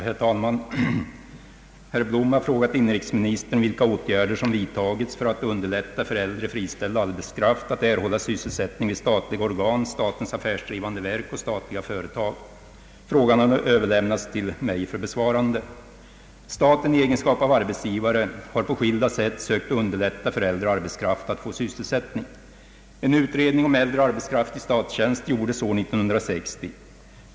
Herr talman! Herr Blom har frågat inrikesministern vilka åtgärder som vidtagits för att underlätta för äldre friställd arbetskraft att erhålla sysselsättning vid statliga organ, statens affärsdrivande verk och statliga företag. Frågan har överlämnats till mig för besvarande. Staten i egenskap av arbetsgivare har på skilda sätt sökt underlätta för äldre arbetskraft att få sysselsättning. En utredning om äldre arbetskraft i statstjänst gjordes år 1960.